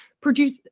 produce